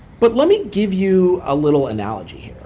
but let me give you a little analogy